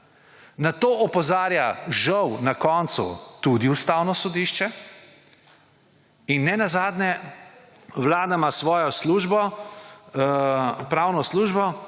Na to opozarja žal na koncu tudi Ustavno sodišče. In nenazadnje ima Vlada svojo pravno službo